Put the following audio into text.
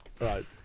Right